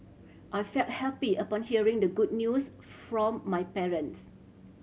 I felt happy upon hearing the good news from my parents